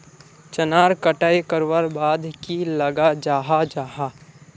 चनार कटाई करवार बाद की लगा जाहा जाहा?